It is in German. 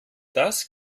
das